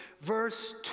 verse